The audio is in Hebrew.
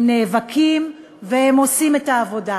הם נאבקים והם עושים את העבודה.